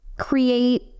Create